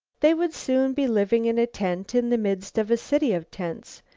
they would soon be living in a tent in the midst of a city of tents.